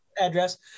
address